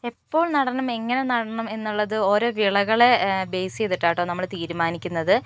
എപ്പോൾ നടണം എങ്ങനെ നടണം എന്നുള്ളത് ഓരോ വിളകളെ ബെയ്സ് ചെയ്തിട്ടാണ് കേട്ടോ നമ്മൾ തീരുമാനിക്കുന്നത്